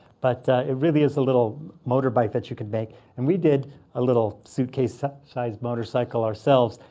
but it really is a little motor bike that you can make. and we did a little suitcase-sized motorcycle ourselves.